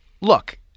look